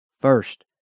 first